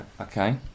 okay